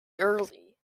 early